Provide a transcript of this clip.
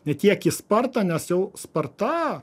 ne tiek į spartą nes jau sparta